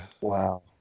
Wow